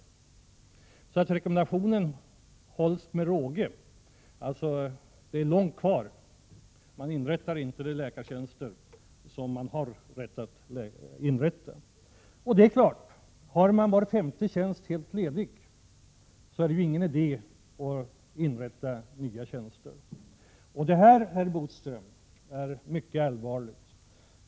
Där följer man rekommendationen med råge. Man inrättar alltså inte de läkartjänster som man har rätt att inrätta. Har man var femte tjänst helt ledig är det naturligtvis ingen idé att inrätta nya tjänster. Det här, herr Bodström, är mycket allvarligt.